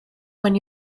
when